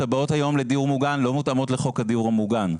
תב״עות היום לדיור מוגן,